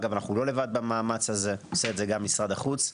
אנחנו אגב לא לבד במאמץ הזה עושה את זה גם משרד החוץ.